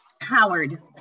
Howard